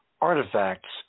artifacts